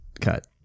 Cut